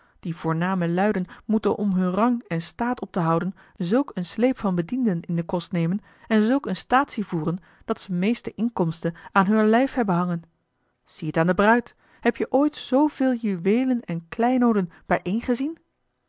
die voorname luiden moeten om heur rang en staat op te houden zulk een sleep van bedienden in den kost nemen en zulk eene staatsie voeren dat ze meest de inkomsten aan heur lijf hebben hangen zie t aan de bruid heb je ooit zooveel juweelen en kleinooden